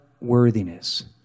worthiness